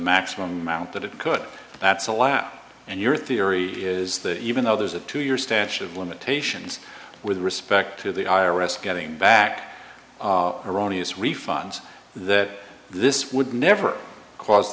maximum amount that it could that's a laugh and your theory is that even though there's a two year statute of limitations with respect to the i r s getting back erroneous refunds that this would never cause